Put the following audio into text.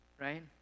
right